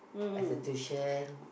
as a tuition